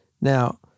Now